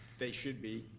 they should be.